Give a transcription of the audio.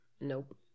Nope